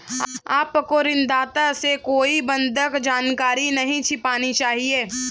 आपको ऋणदाता से कोई बंधक जानकारी नहीं छिपानी चाहिए